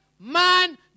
man